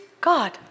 God